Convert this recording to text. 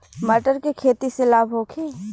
मटर के खेती से लाभ होखे?